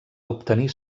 obtenir